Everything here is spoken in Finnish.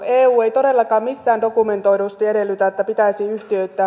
eu ei todellakaan missään dokumentoidusti edellytä että pitäisi yhtiöittää